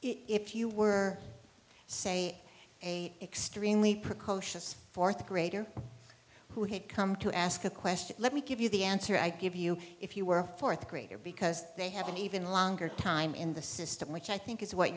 if you were say a extremely precocious fourth grader who had come to ask a question let me give you the answer i give you if you were a fourth grader because they have an even longer time in the system which i think is what